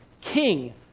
king